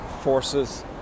forces